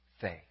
faith